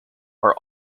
are